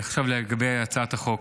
עכשיו לגבי הצעת חוק.